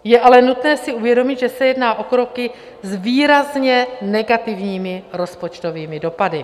Je ale nutné si uvědomit, že se jedná o kroky s výrazně negativními rozpočtovými dopady.